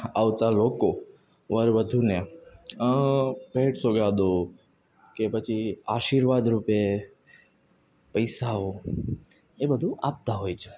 આવતા લોકો વર વધુને ભેટ સોગાદો કે પછી આશીર્વાદરૂપે પૈસાઓ એ બધું આપતા હોય છે